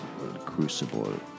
Crucible